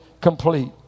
complete